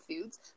foods